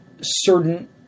certain